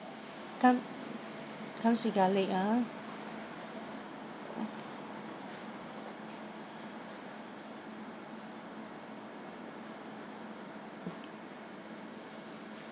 come comes with garlic ah